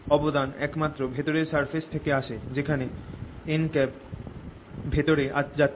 অবদান একমাত্র ভেতরের সারফেস থেকে আসে যেখানে n ভেতরে যাচ্ছে